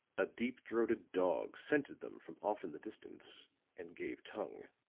a deep-throated dog scented them from off in the distance and gave tongue.